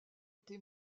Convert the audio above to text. été